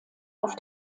auf